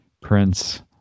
Prince